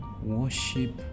Worship